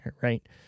right